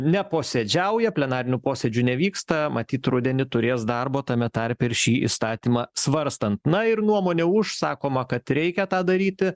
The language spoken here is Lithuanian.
neposėdžiauja plenarinių posėdžių nevyksta matyt rudenį turės darbo tame tarpe ir šį įstatymą svarstant na ir nuomonę už sakoma kad reikia tą daryti